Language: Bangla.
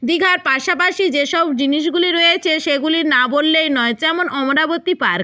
দীঘার পাশাপাশি যেসব জিনিসগুলি রয়েছে সেগুলি না বললেই নয় যেমন আমরাবতী পার্ক